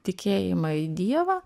tikėjimą į dievą